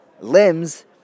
limbs